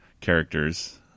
characters